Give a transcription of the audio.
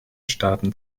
staaten